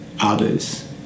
others